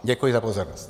Děkuji za pozornost.